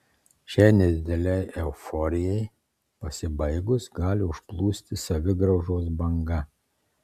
šiai nedidelei euforijai pasibaigus gali užplūsti savigraužos banga